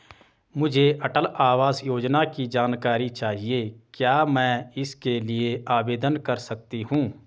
मुझे अटल आवास योजना की जानकारी चाहिए क्या मैं इसके लिए आवेदन कर सकती हूँ?